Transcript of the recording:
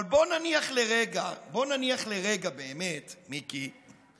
אבל בואו נניח לרגע באמת, מיקי,